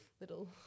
little